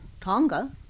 tonga